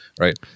right